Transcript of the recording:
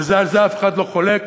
ועל זה אף אחד לא חולק,